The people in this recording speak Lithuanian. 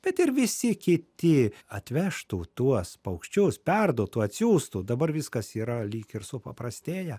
bet ir visi kiti atvežtų tuos paukščius perduotų atsiųstų dabar viskas yra lyg ir supaprastėję